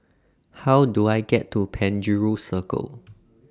How Do I get to Penjuru Circle